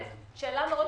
שאלה טובה.